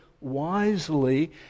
wisely